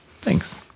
Thanks